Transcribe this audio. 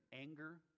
anger